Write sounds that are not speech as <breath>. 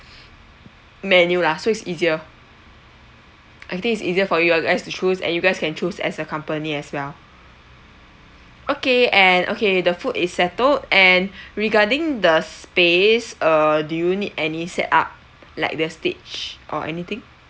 <breath> menu lah so it's easier I think it's easier for you all guys to choose and you guys can choose as a company as well okay and okay the food is settled and regarding the space err do you need any set up like the stage or anything